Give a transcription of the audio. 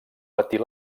patir